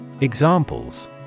Examples